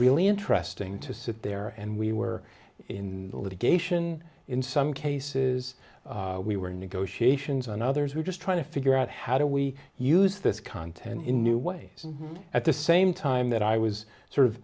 really interesting to sit there and we were in litigation in some cases we were negotiations and others were just trying to figure out how do we use this content in new ways at the same time that i was sort of